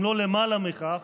אם לא למעלה מכך.